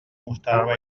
mostrava